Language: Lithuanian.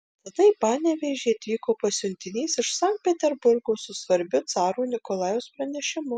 tada į panevėžį atvyko pasiuntinys iš sankt peterburgo su svarbiu caro nikolajaus pranešimu